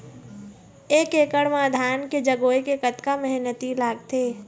एक एकड़ म धान के जगोए के कतका मेहनती लगथे?